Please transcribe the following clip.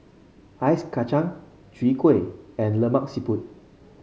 Ice Kacang Chwee Kueh and Lemak Siput